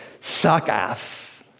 sakath